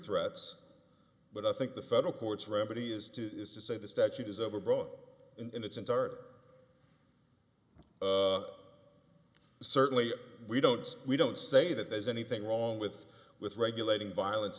threats but i think the federal courts remedy is to is to say the statute is overbroad in its entirety or certainly we don't we don't say that there's anything wrong with with regulating violence